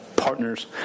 partners